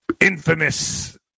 infamous